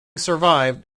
survived